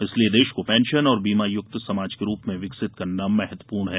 इसलिए देश को पेंशन और बीमा युक्त समाज के रूप में विकसित करना महत्वपूर्ण है